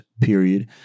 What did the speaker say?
period